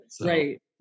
Right